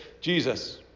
Jesus